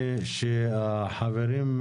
החברים,